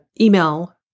email